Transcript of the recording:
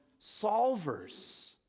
solvers